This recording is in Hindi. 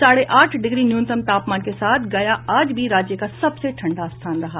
साढ़े आठ डिग्री न्यूनतम तापमान के साथ गया आज भी राज्य का सबसे ठंडा स्थान रहा